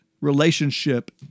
relationship